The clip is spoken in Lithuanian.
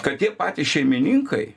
kad tie patys šeimininkai